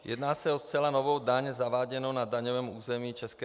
Jedná se o zcela novou daň zaváděnou na daňovém území ČR.